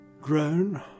Grown